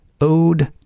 Ode